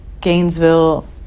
Gainesville